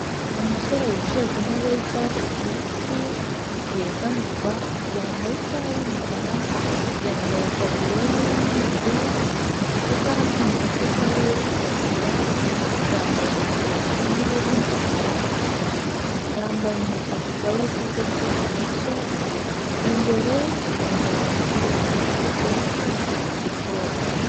Umusore wicaye ku ntebe y'icyatsi kibisi, yegamirwa, yambaye isaha y'umukara, yambaye itaburiya y'umweru, afite ikaramu mu mufuka we w'itaburiya, yambaye inkweto zifunze z'umukara, yambaye impeta ku kaboko ke k'ibumoso, imbere yambaye umupira wa kake ufite ikoro.